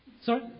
Sorry